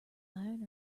iron